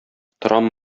торам